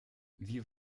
wie